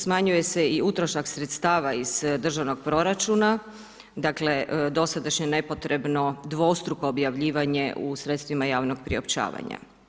Smanjuje se i utrošak sredstava iz državnog proračuna, dakle dosadašnje nepotrebno dvostruko objavljivanje u sredstvima javnog priopćavanja.